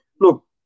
Look